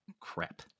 Crap